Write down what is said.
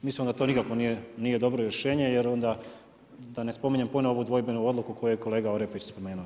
Mislim da to nikako nije dobro rješenje, jer onda, da ne spominjem ponovno ovu dvojbenu odluku, koju je kolega Orepić spomenuo.